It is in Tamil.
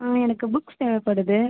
ஆ எனக்கு புக்ஸ் தேவைப்படுது